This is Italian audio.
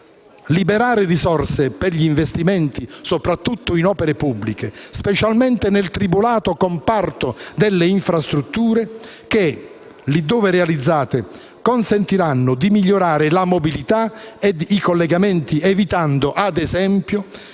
liberare risorse per gli investimenti, soprattutto in opere pubbliche, specialmente nel tribolato comparto delle infrastrutture, che, là dove realizzate, consentiranno di migliorare la mobilità e i collegamenti evitando - ad esempio